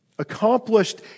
accomplished